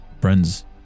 Friends